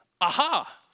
aha